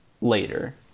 later